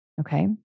Okay